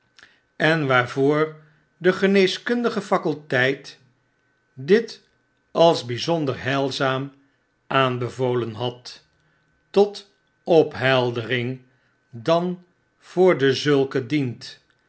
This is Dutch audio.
en waarvoor de geneeskundige faculteit dit als bflzonder heilzaam aanbevolen had tot opheldering dan voor dezulken dient